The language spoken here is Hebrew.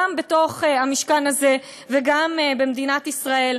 גם בתוך המשכן הזה וגם במדינת ישראל.